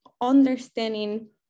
understanding